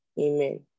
amen